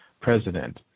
president